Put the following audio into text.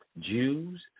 Jews